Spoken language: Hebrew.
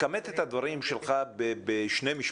תכמת את הדברים שלך בשני משפטים.